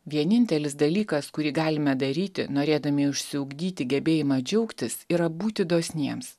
vienintelis dalykas kurį galime daryti norėdami išsiugdyti gebėjimą džiaugtis yra būti dosniems